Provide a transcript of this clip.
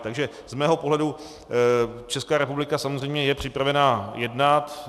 Z mého pohledu Česká republika samozřejmě je připravena jednat.